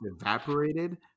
evaporated